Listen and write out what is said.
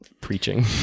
preaching